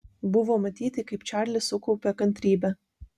buvo matyti kaip čarlis sukaupia kantrybę